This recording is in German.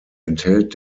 enthält